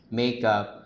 makeup